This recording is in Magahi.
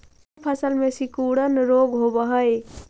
कोन फ़सल में सिकुड़न रोग होब है?